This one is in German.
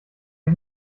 ich